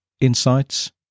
insights